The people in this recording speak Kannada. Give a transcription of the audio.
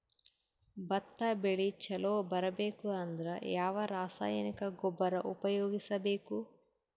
ಭತ್ತ ಬೆಳಿ ಚಲೋ ಬರಬೇಕು ಅಂದ್ರ ಯಾವ ರಾಸಾಯನಿಕ ಗೊಬ್ಬರ ಉಪಯೋಗಿಸ ಬೇಕು?